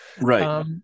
Right